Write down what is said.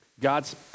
God's